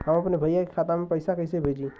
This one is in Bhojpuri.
हम अपने भईया के खाता में पैसा कईसे भेजी?